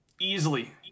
easily